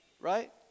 right